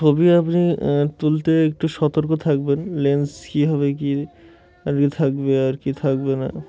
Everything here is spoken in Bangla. ছবি আপনি তুলতে একটু সতর্ক থাকবেন লেন্স কী হবে কী আর কি থাকবে আর কী থাকবে না